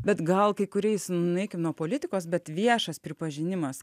bet gal kai kuriais nueikim nuo politikos bet viešas pripažinimas